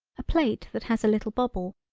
a plate that has a little bobble,